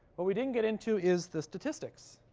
what we didn't get into is the statistics.